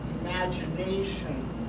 imagination